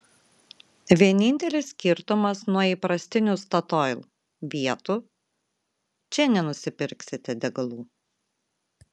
vienintelis skirtumas nuo įprastinių statoil vietų čia nenusipirksite degalų